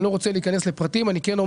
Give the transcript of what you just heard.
אני לא רוצה להיכנס לפרטים של הפרק, אבל אני